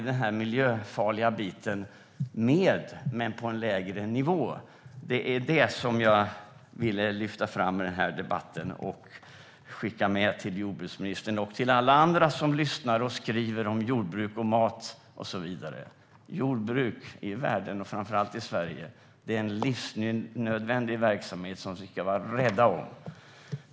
Den miljöfarliga biten kan vara med, men på en lägre nivå. Det var det som jag ville lyfta fram med den här debatten och skicka med till jordbruksministern och till alla andra som skriver om jordbruk och mat. Jordbruk i världen, och framför allt i Sverige, är en livsnödvändig verksamhet som vi ska vara rädda om.